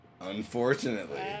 Unfortunately